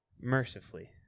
Mercifully